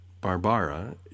barbara